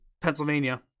Pennsylvania